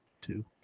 two